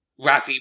Rafi